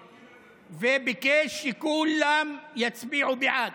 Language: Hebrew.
וביקש, שכולם יצביעו בעד.